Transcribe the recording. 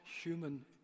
human